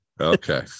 Okay